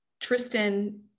Tristan